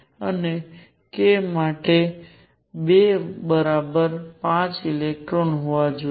અને k માટે 2 બરાબર 5 ઇલેક્ટ્રોન હોવા જોઈએ